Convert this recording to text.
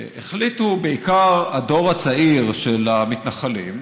החליטו בעיקר הדור הצעיר של המתנחלים,